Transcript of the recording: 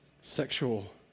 sexual